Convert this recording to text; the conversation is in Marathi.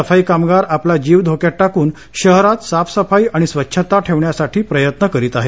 सफाई कामगार आपला जीव धोक्यात टाकून शहरात साफसफाई आणि स्वच्छता ठेवण्यासाठी प्रयत्न करीत आहेत